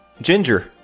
Ginger